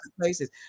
places